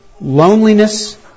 loneliness